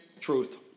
Truth